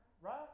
right